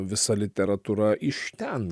visa literatūra iš ten